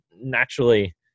naturally